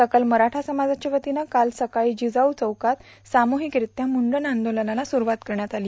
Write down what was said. सकल मराठ समाजाच्या वतीवं काल सकाळी जिजाऊ चौकात सामूहिकरित्या मुंडण आंदोलनाला सुरूवात करण्यात आली